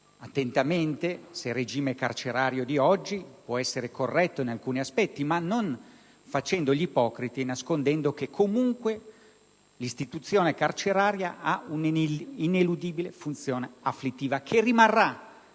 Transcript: attentamente se il regime carcerario odierno può essere corretto in alcuni aspetti, ma non facendo gli ipocriti e nascondendo che comunque l'istituzione carceraria ha un'ineludibile funzione afflittiva che rimarrà: